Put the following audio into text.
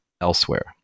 elsewhere